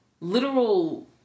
literal